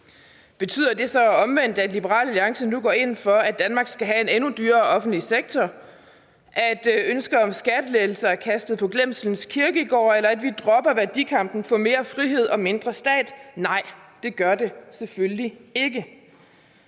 Betyder det så omvendt, at Liberal Alliance nu går ind for, at Danmark skal have en endnu dyrere offentlig sektor, at ønsket om skattelettelser er kastet på glemslens kirkegård, eller at vi dropper værdikampen for mere frihed og mindre stat? Nej, det gør det selvfølgelig ikke.